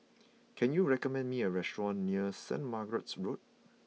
can you recommend me a restaurant near Saint Margaret's Road